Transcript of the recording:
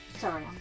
Sorry